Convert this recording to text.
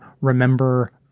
remember